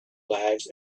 lives